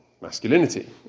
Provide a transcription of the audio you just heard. masculinity